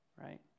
Right